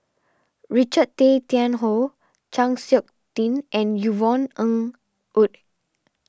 Richard Tay Tian Hoe Chng Seok Tin and Yvonne Ng Uhde